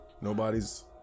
nobody's